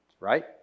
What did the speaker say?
right